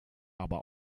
aber